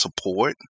support